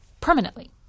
permanently